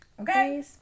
Okay